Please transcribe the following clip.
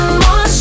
more